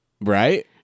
Right